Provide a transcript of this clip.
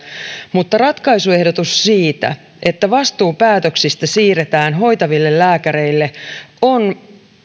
mutta ratkaisuehdotus siitä että vastuu päätöksistä siirretään hoitaville lääkäreille on